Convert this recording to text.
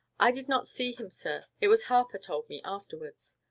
i did not see him, sir it was harper told me afterwards,